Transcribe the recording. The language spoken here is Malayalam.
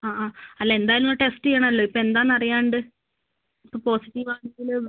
ആ ആ അല്ല എന്തായാലും ഒന്ന് ടെസ്റ്റ് ചെയ്യണമല്ലോ ഇപ്പോൾ എന്താ എന്ന് അറിയാണ്ട് ഇപ്പോൾ പോസിറ്റീവ് ആണെങ്കിലും